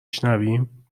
شنویم